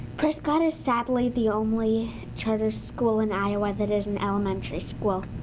prescott is, sadly, the only charter school in iowa that is an elementary school.